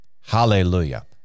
Hallelujah